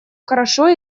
хорошо